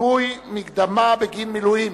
ניכוי מקדמה בגין מילואים).